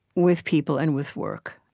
with people and with work.